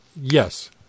Yes